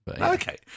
Okay